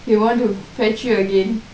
they want to fetch you again